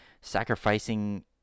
sacrificing